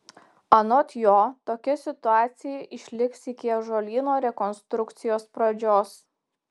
anot jo tokia situacija išliks iki ąžuolyno rekonstrukcijos pradžios